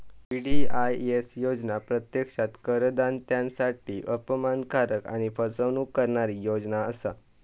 VDIS योजना प्रत्यक्षात करदात्यांसाठी अपमानकारक आणि फसवणूक करणारी योजना असा